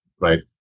right